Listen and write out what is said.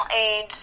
age